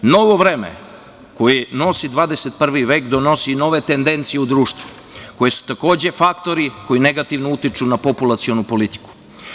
Novo vreme koje nosi 21. vek donosi i nove tendencije u društvu koje su, takođe faktori koji negativno utiču na populacionu politiku.